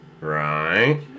Right